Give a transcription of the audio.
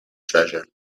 treasure